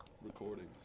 recordings